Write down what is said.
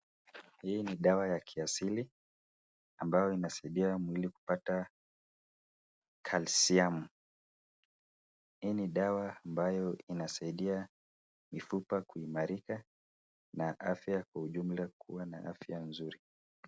Hii ni dawa ya kiasili ,ambayo inasaidia mwili kupata Kalsiamu. Hii ni dawa ambayo inasaidia mifupa kuimarika na afya kwa ujumla kuwa na afya nzuri.